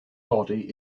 body